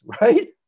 right